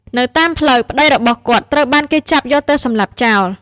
នៅតាមផ្លូវ ប្តីរបស់គាត់ត្រូវបានគេចាប់យកទៅសម្លាប់ចោល។